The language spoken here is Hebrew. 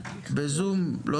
בזום.